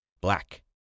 black